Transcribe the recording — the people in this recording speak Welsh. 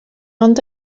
ond